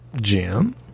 Jim